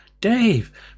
dave